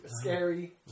Scary